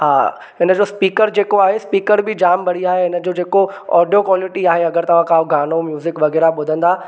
हा इन जो स्पीकर जेको आहे स्पीकर बि जामु बढ़िया आहे हिन जो जेको ऑडियो क़्वालिटी आहे अगरि तव्हां का गानो म्यूज़िक वग़ैरह ॿुधंदा